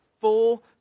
full